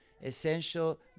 Essential